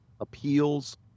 appeals